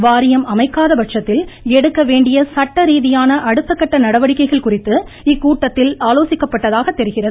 வாரியம் அமைக்காத பட்சத்தில் எடுக்கவேண்டிய சட்ட ரீதியான அடுத்தகட்ட நடவடிக்கைகள் குறித்து இக்கூட்டத்தில் ஆலோசிக்கப்பட்டதாக தெரிகிறது